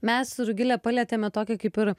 mes su rugile palietėme tokį kaip ir